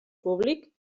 públic